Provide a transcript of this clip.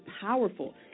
powerful